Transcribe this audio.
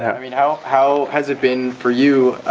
i mean how how has it been for you?